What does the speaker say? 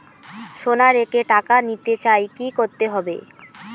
সোনা রেখে টাকা নিতে চাই কি করতে হবে?